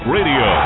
Radio